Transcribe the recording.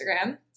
Instagram